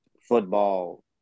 football